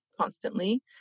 constantly